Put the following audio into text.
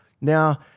Now